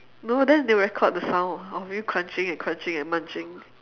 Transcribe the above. no then they will record the sound of you crunching and crunching and munching